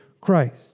Christ